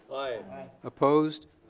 aye. opposed?